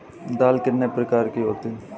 दाल कितने प्रकार की होती है?